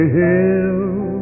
hill